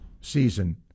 season